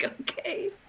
Okay